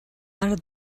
under